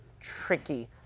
tricky